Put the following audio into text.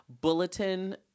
bulletin